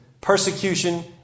Persecution